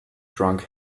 drank